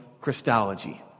Christology